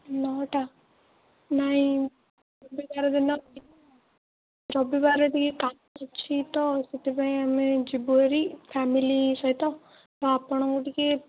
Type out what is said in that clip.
ନଅଟା ନାଇଁ ରବିବାର ଦିନ ରବିବାର ଦିନ ଟିକିଏ କାମ ଅଛି ତ ସେଥିପାଇଁ ଆମେ ଯିବୁହେରି ଫ୍ୟାମିଲି ସହିତ ତ ଆପଣଙ୍କୁ ଟିକିଏ